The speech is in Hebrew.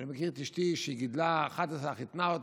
ואני מכיר את אשתי, שגידלה 11, חיתנה אותם,